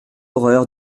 horreur